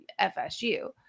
FSU